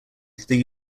they